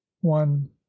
One